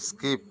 skip